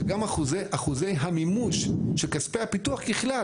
שגם באחוזי המימוש של כספי הפיתוח ככלל,